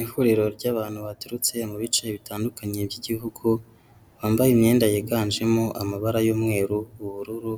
Ihuriro ry'abantu baturutse mu bice bitandukanye by'igihugu bambaye imyenda yiganjemo amabara y'umweru, ubururu